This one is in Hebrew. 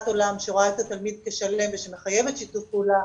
עולם שרואה את התלמיד כשלם ושמחייבת שיתוף פעולה